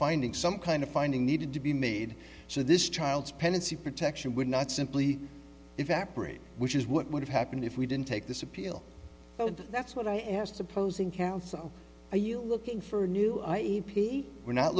finding some kind of finding needed to be made so this child's pendency protection would not simply evaporate which is what would have happened if we didn't take this appeal that's what i asked opposing counsel are you looking for a new i e p we're not